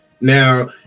now